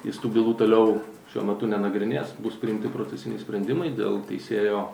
jis tų bylų toliau šiuo metu nenagrinės bus priimti procesiniai sprendimai dėl teisėjo